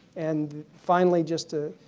and finally just a